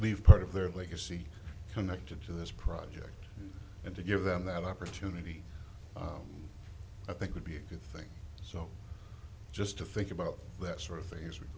leave part of their legacy connected to this project and to give them that opportunity i think would be a good thing so just to think about that sort of thing